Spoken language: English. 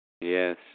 Yes